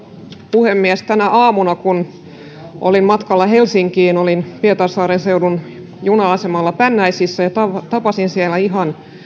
puhemies tänä aamuna kun olin matkalla helsinkiin olin pietarsaaren seudun juna asemalla pännäisissä ja tapasin siellä ihan